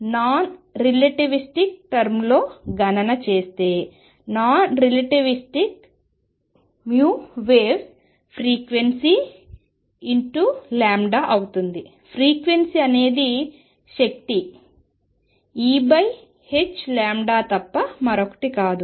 నేను non relativistic టర్మ్లో గణన చేస్తే నాన్ రిలేటివిస్టిక్ vwaves ఫ్రీక్వెన్సీ అవుతుంది ఫ్రీక్వెన్సీ అనేది శక్తి Eh తప్ప మరొకటి కాదు